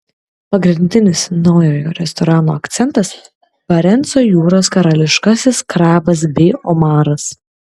pagrindinis naujojo restorano akcentas barenco jūros karališkasis krabas bei omaras